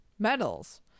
medals